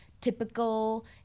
typical